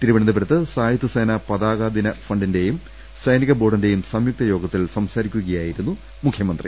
തിരുവനന്തപുരത്ത് സായുധസേനാ പതാകാദിനം ഫണ്ടിന്റെയും സൈനിക ബോർഡിന്റെയും സംയുക്ത യോഗത്തിൽ സംസാരിക്കുകയായിരുന്നു മുഖ്യമന്ത്രി